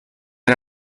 era